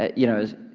you know,